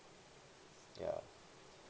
ya